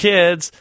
Kids